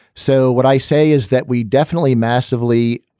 so what i say is that we definitely massively,